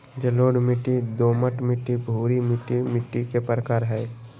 जलोढ़ मिट्टी, दोमट मिट्टी, भूरी मिट्टी मिट्टी के प्रकार हय